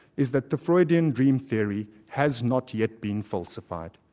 is that the freudian dream theory has not yet been falsified.